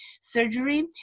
surgery